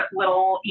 little